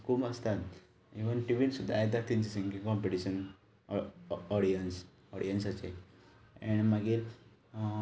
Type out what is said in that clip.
खूब आसतात इवन टिवीर सुद्दां येतात तेंची सिंगींग कंपिटीशन ऑ ऑडियंस ऑडियंसाचे एँण मागीर